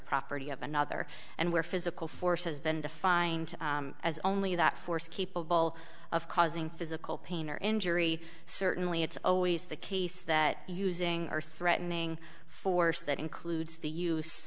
property of another and where physical force has been defined as only that force capable of causing physical pain or injury certainly it's always the case that using or threatening force that includes the use